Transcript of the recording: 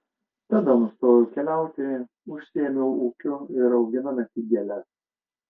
tada nustojau keliauti užsiėmiau ūkiu ir auginome tik gėles